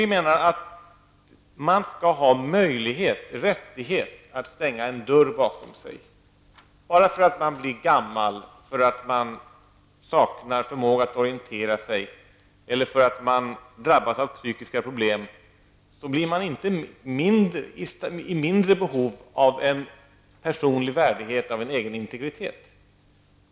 Vi menar att man skall ha möjlighet, rättighet att stänga en dörr bakom sig. Man blir inte i mindre behov av en personlig värdighet och av en egen integritet bara för att man blir gammal och saknar förmåga att orientera sig eller för att man drabbas av psykiska problem.